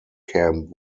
camp